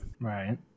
Right